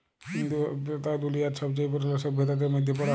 ইন্দু সইভ্যতা দুলিয়ার ছবচাঁয়ে পুরল সইভ্যতাদের মইধ্যে পড়ে